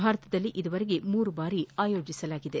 ಭಾರತದಲ್ಲಿ ಇದುವರೆಗೆ ಮೂರು ಬಾರಿ ಆಯೋಜಿಸಲಾಗಿದೆ